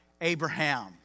Abraham